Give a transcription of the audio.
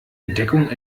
entdeckung